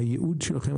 והייעוד שלכם,